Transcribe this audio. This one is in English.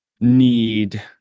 need